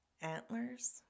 Antlers